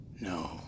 No